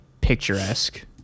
picturesque